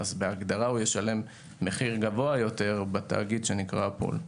בהגדרה ישלם מחיר גבוה יותר בתאגיד שנקרא פול.